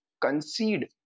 concede